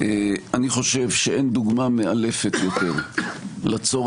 אני חושב שאין דוגמה מאלפת יותר לצורך